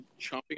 chomping